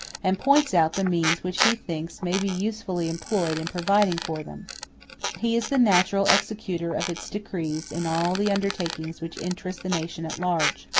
and points out the means which he thinks may be usefully employed in providing for them he is the natural executor of its decrees in all the undertakings which interest the nation at large.